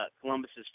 Columbus's